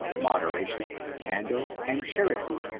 moderation, candor, and charity,